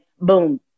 boom